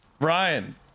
Ryan